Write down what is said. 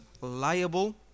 liable